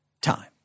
time